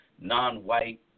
non-white